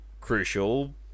crucial